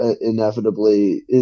inevitably